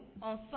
ensemble